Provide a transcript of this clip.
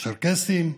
הצ'רקסיים,